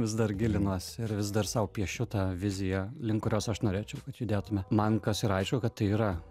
vis dar gilinuos ir vis dar sau piešiu tą viziją link kurios aš norėčiau kad judėtume man kas ir aišku kad tai yra